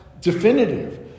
definitive